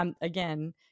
again